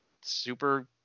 super